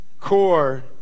core